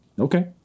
Okay